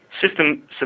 system